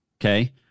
okay